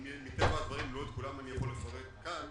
שמטבע הדברים לא את כולם אני יכול לפרט כאן.